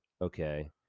Okay